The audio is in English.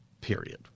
Period